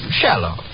shallow